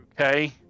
Okay